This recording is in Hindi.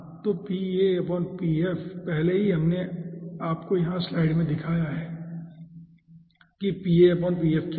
तो पहले ही हमने आपको यहां की स्लाइड में दिखाया है कि क्या है